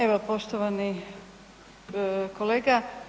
Evo poštovani kolega.